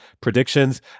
predictions